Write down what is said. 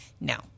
No